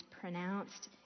pronounced